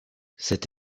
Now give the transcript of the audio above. cette